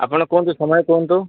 ଆପଣ କୁହନ୍ତୁ ସମୟ କୁହନ୍ତୁ